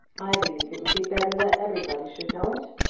i believe it would be better that everybody should know it.